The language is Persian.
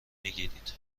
میگیرید